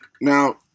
Now